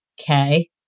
okay